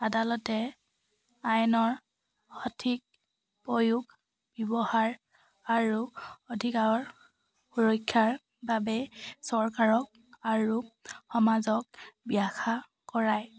আদালতে আইনৰ সঠিক প্ৰয়োগ ব্যৱহাৰ আৰু অধিকাৰৰ সুৰক্ষাৰ বাবে চৰকাৰক আৰু সমাজক ব্যাখ্যা কৰায়